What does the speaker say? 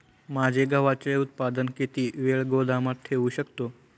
माझे गव्हाचे उत्पादन किती वेळ गोदामात ठेवू शकतो?